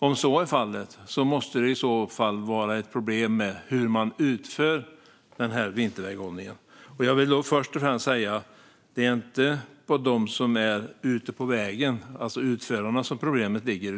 Om så är fallet måste det vara problem med hur man utför denna vinterväghållning. Jag vill först och främst säga att det inte är hos dem som är ute på vägen, alltså utförarna, som problemet ligger.